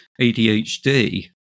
ADHD